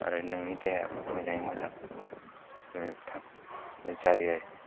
आरो नोंनि देहाखौ मोजाङैनो मोजां थाग्रा जायो